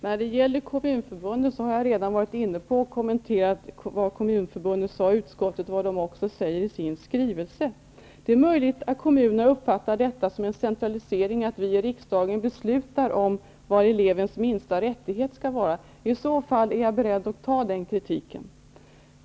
Herr talman! Jag har redan kommenterat vad Kommunförbundet sade i utskottet och vad man säger i sin skrivelse. Det är möjligt att kommunerna uppfattar detta som en centralisering, att vi i riksdagen beslutar om vad elevens minsta rättighet skall vara. I så fall är jag beredd att ta den kritiken.